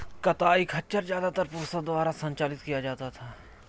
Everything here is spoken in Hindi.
कताई खच्चर ज्यादातर पुरुषों द्वारा संचालित किया जाता था